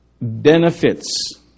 benefits